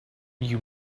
you